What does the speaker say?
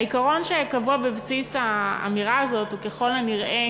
העיקרון שקבוע בבסיס האמירה הזאת הוא ככל הנראה